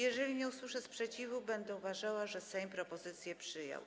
Jeżeli nie usłyszę sprzeciwu, będę uważała, że Sejm propozycję przyjął.